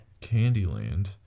Candyland